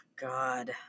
God